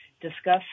discuss